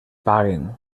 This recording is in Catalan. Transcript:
paguen